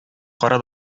кара